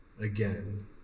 again